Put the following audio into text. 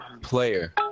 player